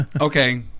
okay